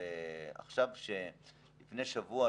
לפני שבוע,